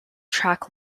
track